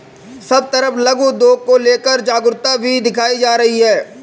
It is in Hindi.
सब तरफ लघु उद्योग को लेकर जागरूकता भी दिखाई जा रही है